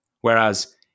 Whereas